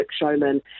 showman